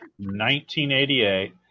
1988